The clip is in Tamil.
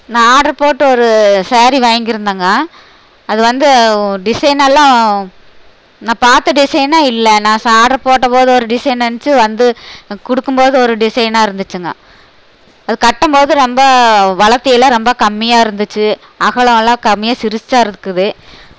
நான் ஆர்டர் போட்டு ஒரு ஸாரி வாங்கியிருந்தேங்க அது வந்து டிசைனெல்லாம் நான் பார்த்த டிசைனே இல்லை நான் ஆர்டர் போட்டபோது ஒரு டிசைனாக இருந்துச்சு வந்து கொடுக்கும்போது ஒரு டிசைனாக இருந்துச்சுங்க அது கட்டும்போது ரொம்ப வளர்த்தியெல்லாம் ரொம்ப கம்மியாக இருந்துச்சு அகலம்லாம் கம்மியாக சிறுசாக இருக்குது